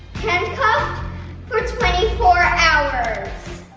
handcuffed for twenty four hours.